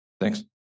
thanks